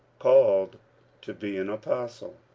called to be an apostle,